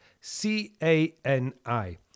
C-A-N-I